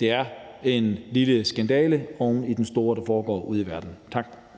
Det er en lille skandale oven i den store, der foregår ude i verden. Tak.